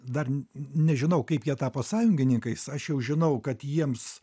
dar nežinau kaip jie tapo sąjungininkais aš jau žinau kad jiems